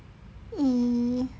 !ee!